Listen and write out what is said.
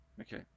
Okay